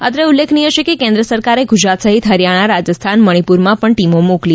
અત્રે ઉલ્લેખનીય છે કે કેન્દ્ર સરકારે ગુજરાત સહિત હરિયાણા રાજસ્થાન મણિપુરમાં પણ ટીમો મોકલી છે